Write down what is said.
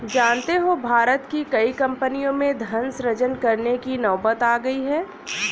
जानते हो भारत की कई कम्पनियों में धन सृजन करने की नौबत आ गई है